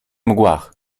mgłach